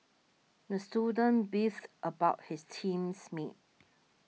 the student beefed about his teams mates